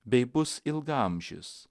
bei bus ilgaamžis